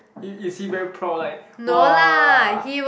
he is he very proud like !wah!